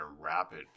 rapid